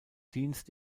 dienst